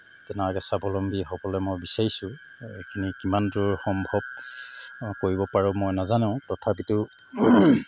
তেনেকুৱাকৈ স্বাৱলম্বী হ'বলৈ মই বিচাৰিছোঁ এইখিনি কিমান দূৰ সম্ভৱ কৰিব পাৰোঁ মই নাজানো তথাপিতো